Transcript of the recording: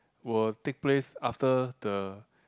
will take place after the